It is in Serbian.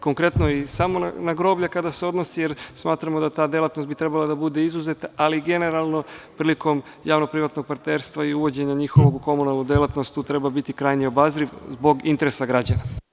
Konkretno, samo na groblja kada se odnosi, jer smatramo da bi ta delatnost trebala da bude izuzeta, ali generalno prilikom javno-privatnog partnerstva i njihovog uvođenja u komunalnu delatnost treba biti krajnje obazriv zbog interesa građana.